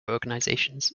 organizations